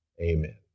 Amen